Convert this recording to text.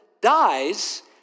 dies